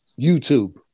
YouTube